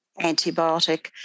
antibiotic